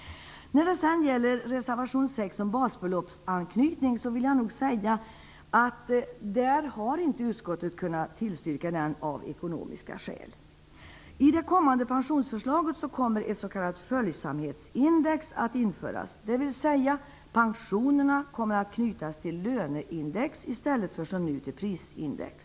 Reservation 6 om basbeloppsanknytning har utskottet inte kunnat tillstyrka av ekonomiska skäl. I det kommande pensionsförslaget kommer ett s.k. följsamhetsindex att införas, dvs. pensionerna kommer att knytas till löneindex i stället för som nu till prisindex.